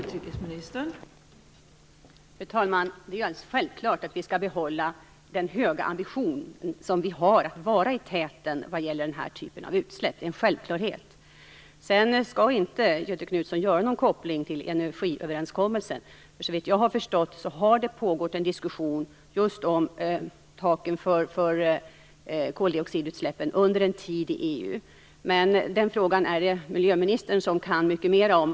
Fru talman! Det är alldeles självklart att vi skall behålla den höga ambition vi har att vara i täten när det gäller den här typen av utsläpp. Det är en självklarhet. Sedan skall inte Göte Jonsson göra någon koppling till energiöverenskommelsen. Såvitt jag har förstått har det pågått en diskussion just om taken för koldioxidutsläppen under en tid i EU. Den frågan kan dock miljöministern mycket mer om.